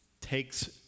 takes